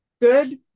good